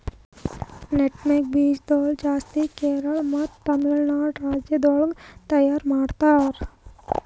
nutmeg ಬೀಜ ಗೊಳ್ ಜಾಸ್ತಿ ಕೇರಳ ಮತ್ತ ತಮಿಳುನಾಡು ರಾಜ್ಯ ಗೊಳ್ದಾಗ್ ತೈಯಾರ್ ಮಾಡ್ತಾರ್